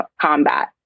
combat